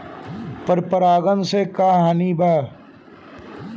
पर परागण से का हानि बा?